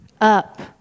up